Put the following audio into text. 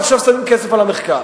ועכשיו שמים כסף למחקר.